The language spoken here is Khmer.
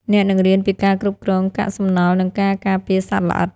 អ្នកនឹងរៀនពីការគ្រប់គ្រងកាកសំណល់ និងការការពារសត្វល្អិត។